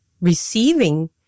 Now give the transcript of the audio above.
receiving